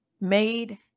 made